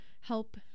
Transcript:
help